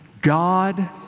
God